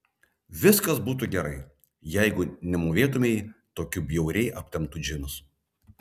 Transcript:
viskas būtų gerai jeigu nemūvėtumei tokių bjauriai aptemptų džinsų